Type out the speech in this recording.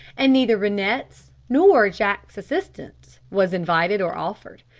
and neither rennett's nor jack's assistance was invited or offered.